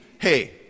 Hey